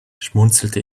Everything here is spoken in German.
schmunzelte